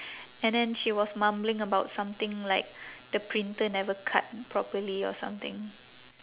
and then she was mumbling about something like the printer never cut properly or something